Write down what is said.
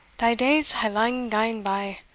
thae days hae lang gane by.